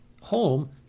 home